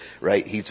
right